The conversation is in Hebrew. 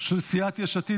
של קבוצת סיעת יש עתיד.